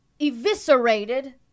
eviscerated